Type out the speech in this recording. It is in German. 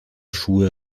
schuhe